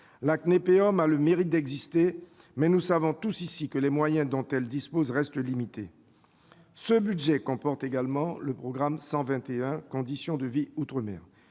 La Cnépéom a le mérite d'exister, mais nous savons tous ici que les moyens dont elle dispose restent limités. Ce budget comporte également le programme 123, « Conditions de vie outre-mer